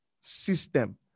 system